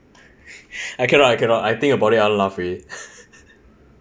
I cannot I cannot I think about it I want to laugh already